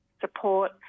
support